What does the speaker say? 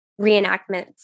reenactments